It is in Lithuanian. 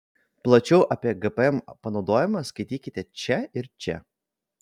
plačiau apie gpm panaudojimą skaitykite čia ir čia